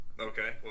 Okay